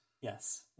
Yes